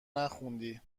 نخوندی